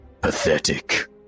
pathetic